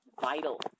vital